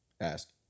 asked